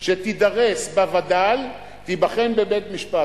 שתידרס בווד"ל תיבחן בבית-משפט.